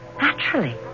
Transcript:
Naturally